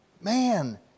man